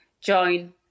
join